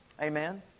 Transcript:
Amen